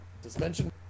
suspension